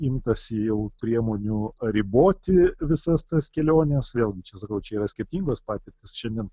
imtasi jau priemonių riboti visas tas keliones vėlgi čia sakau čia yra skirtingos patirtys šiandien